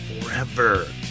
forever